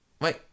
wait